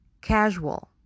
casual